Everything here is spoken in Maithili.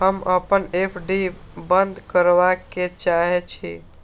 हम अपन एफ.डी बंद करबा के चाहे छी